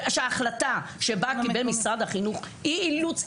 שההחלטה שבה קיבל משרד החינוך היא אילוץ.